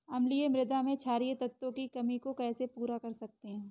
अम्लीय मृदा में क्षारीए तत्वों की कमी को कैसे पूरा कर सकते हैं?